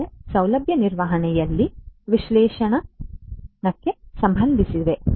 ಇವು ಸೌಲಭ್ಯ ನಿರ್ವಹಣೆಯಲ್ಲಿನ ವಿಶ್ಲೇಷಣೆಗಳಿಗೆ ಸಂಬಂಧಿಸಿವೆ